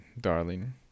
darling